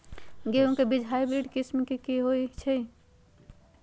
गेंहू के बीज हाइब्रिड किस्म के होई छई?